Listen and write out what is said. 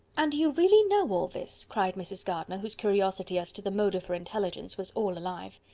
and do you really know all this? cried mrs. gardiner, whose curiosity as to the mode of her intelligence was all alive.